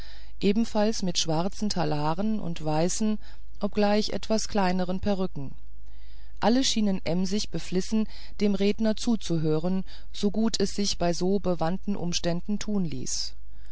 ebenfalls mit schwarzen talaren und weißen obgleich etwas kleineren perücken alle schienen emsig beflissen dem redner zuzuhören so gut es sich bei so bewandten umständen tun ließ